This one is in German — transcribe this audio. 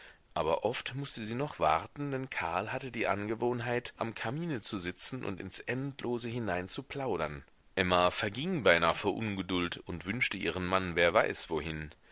aber oft mußte sie noch warten denn karl hatte die angewohnheit am kamine zu sitzen und ins endlose hinein zu plaudern emma verging beinahe vor ungeduld und wünschte ihren mann wer weiß wohin